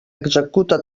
executa